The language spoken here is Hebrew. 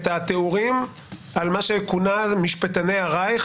את התיאורים על מה שכונה "משפטני הרייך".